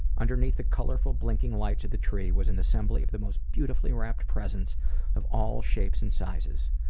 underneath the colorful blinking lights of the tree was an assembly of the most beautifully wrapped presents of all shapes and sizes.